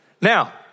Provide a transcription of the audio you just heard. Now